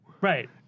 Right